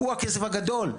הוא הכסף הגדול.